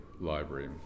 library